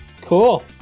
Cool